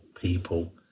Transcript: people